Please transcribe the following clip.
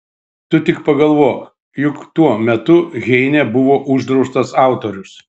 tu tik pagalvok juk tuo metu heine buvo uždraustas autorius